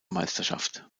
meisterschaft